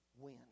win